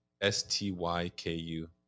S-T-Y-K-U